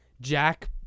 Jack